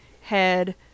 head